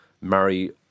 marry